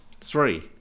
Three